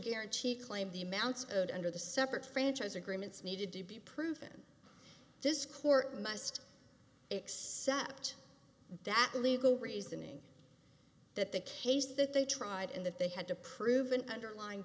guarantee claim the amounts under the separate franchise agreements needed to be proven this court must accept that legal reasoning that the case that they tried and that they had to prove an underlyin